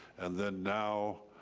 and then now,